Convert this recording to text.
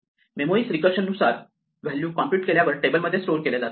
memoised रीकर्षण अनुसार value compute केल्यावर टेबलमध्ये स्टोअर केल्या जातात